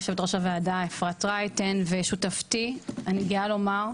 יושבת-ראש הוועדה אפרת רייטן ושותפתי אני גאה מאוד לומר.